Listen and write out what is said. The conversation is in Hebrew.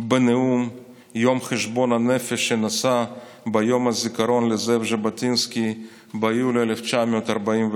בנאום יום חשבון הנפש שנשא ביום הזיכרון לזאב ז'בוטינסקי ביולי 1947: